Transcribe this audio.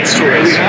Stories